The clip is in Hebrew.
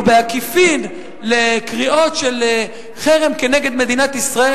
בעקיפין לקריאות של חרם כנגד מדינת ישראל.